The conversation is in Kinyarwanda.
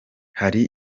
hari